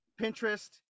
Pinterest